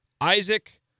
isaac